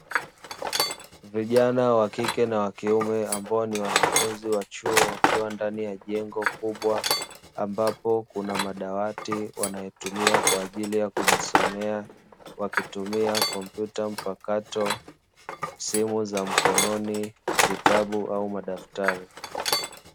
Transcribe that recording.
Vijana wakike na wakiume, ambao ni wanafunzi wa chuo wakiwa ndani ya jengo kubwa, ambapo kuna madawati wanayotumia kwa ajili ya kujisomea, wakitumia kompyuta mpakato, simu za mkononi, vitabu au madaftari.